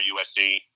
USC